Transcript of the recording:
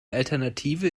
alternative